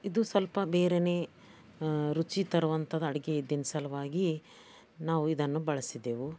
ಇದು ಸ್ವಲ್ಪ ಬೇರೆಯೇ ರುಚಿ ತರುವಂಥದ್ದು ಅಡುಗೆ ಇದ್ದಿದ್ದ ಸಲುವಾಗಿ ನಾವು ಇದನ್ನು ಬಳಸಿದ್ದೆವು